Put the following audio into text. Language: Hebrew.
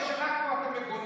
או שרק פה אתה מגונן?